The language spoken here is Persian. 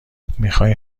میخای